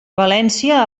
valència